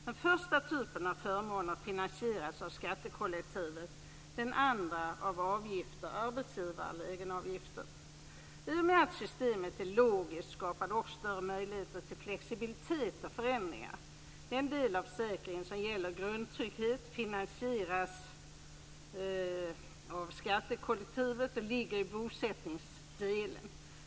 Den första typen av förmåner finansieras av skattekollektivet, den andra av avgifter, arbetsgivar och egenavgifter. I och med att systemet är logiskt, skapar det också större möjligheter till flexibilitet och förändringar. Den del av försäkringen som gäller grundtrygghet finansieras av skattekollektivet och ligger i bosättningsdelen.